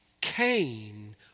Cain